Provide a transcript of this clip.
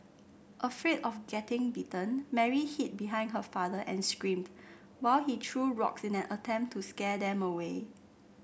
afraid of getting bitten Mary hid behind her father and screamed while he threw rocks in an attempt to scare them away